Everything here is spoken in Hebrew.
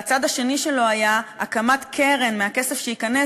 והצד השני שלו היה הקמת קרן מהכסף שייכנס,